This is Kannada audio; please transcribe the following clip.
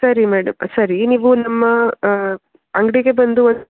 ಸರಿ ಮೇಡ್ ಸರಿ ನೀವು ನಮ್ಮ ಅಂಗಡಿಗೆ ಬಂದು ಒಂದು